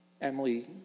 Emily